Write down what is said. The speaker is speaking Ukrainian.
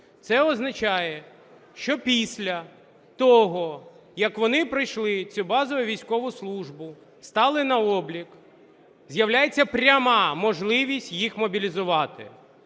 Це означає, що після того, як вони пройшли цю базову військову службу, стали на облік, з'являється пряма можливість їх мобілізувати.